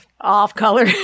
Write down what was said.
off-color